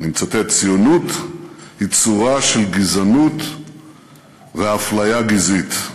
אני מצטט: "ציונות היא צורה של גזענות ואפליה גזעית".